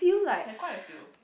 I've had quite a few